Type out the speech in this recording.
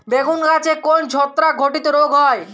বেগুন গাছে কোন ছত্রাক ঘটিত রোগ হয়?